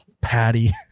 patty